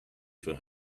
for